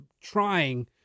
trying